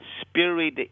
Spirit